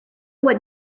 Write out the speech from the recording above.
what